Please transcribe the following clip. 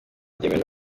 byemewe